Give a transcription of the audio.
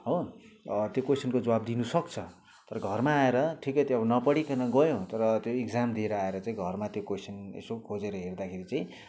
हो त्यो कोइसनको जवाब दिनुसक्छ तर घरमा आएर ठिकै त्यो अब नपढिकन गयो तर त्यो इक्जाम दिएर आएर चाहिँ घरमा त्यो कोइसन यसो खोजेर हेर्दाखेरि चाहिँ